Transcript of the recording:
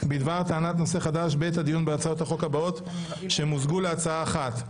נושא חדש בעת הדיון בהצעות החוק הבאות שמוזגו להצעה אחת: